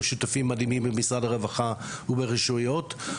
שותפים מדהימים במשרד הרווחה וברשויות המקומיות,